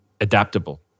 adaptable